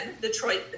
Detroit